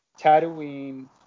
Tatooine